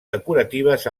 decoratives